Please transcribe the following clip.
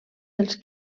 dels